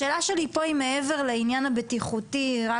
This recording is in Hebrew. השאלה שלי פה היא מעבר לעניין הבטיחותי רק